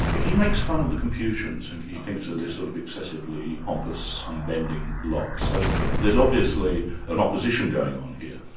he makes fun of the confucians and he thinks so they're sort of an excessively pompous, unbending lot. so there's obviously an opposition going on here.